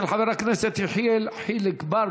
של חבר הכנסת יחיאל חיליק בר,